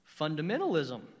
Fundamentalism